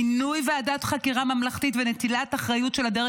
מינוי ועדת חקירה ממלכתית ונטילת אחריות של הדרג